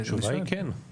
התשובה היא כן.